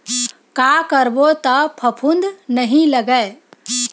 का करबो त फफूंद नहीं लगय?